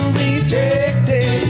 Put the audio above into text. rejected